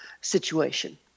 situation